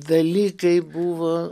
dalykai buvo